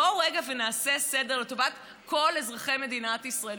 בואו רגע נעשה סדר לטובת כל אזרחי מדינת ישראל.